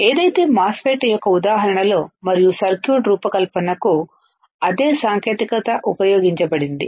ఏదైతే మాస్ఫెట్ యొక్క ఉదాహరణో మరియు సర్క్యూట్ రూపకల్పనకు అదే సాంకేతికత ఉపయోగించబడింది